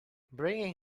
bringing